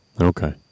Okay